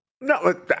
no